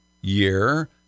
year